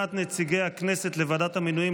לבחירת נציגי הכנסת לוועדת המינויים